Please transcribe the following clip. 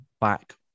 back